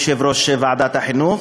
יושב-ראש ועדת החינוך,